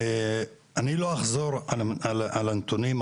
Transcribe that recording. אני לא אחזור על הנתונים,